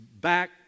back